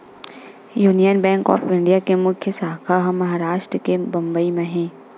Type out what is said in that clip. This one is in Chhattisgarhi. यूनियन बेंक ऑफ इंडिया के मुख्य साखा ह महारास्ट के बंबई म हे